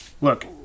look